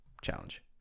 challenge